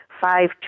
five